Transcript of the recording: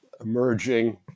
emerging